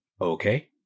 Okay